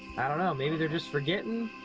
i don't know, maybe they're just forgetting?